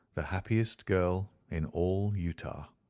the happiest girl in all utah.